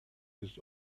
his